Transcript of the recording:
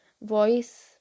voice